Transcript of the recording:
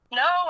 no